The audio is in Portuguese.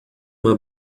uma